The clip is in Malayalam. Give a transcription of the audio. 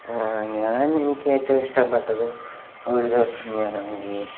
ഞാന് എനിക്കേറ്റവും ഇഷ്ടപ്പെട്ടത് ഒരു ദിവസം ഞാനാണെങ്കിൽ